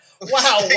Wow